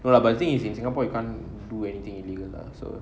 no lah but the thing is in singapore you can't do anything illegal lah so